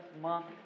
month